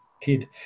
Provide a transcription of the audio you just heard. kid